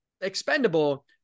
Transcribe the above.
expendable